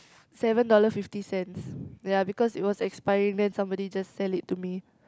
seven dollar fifty cents ya because it was expiring then somebody just sell it to me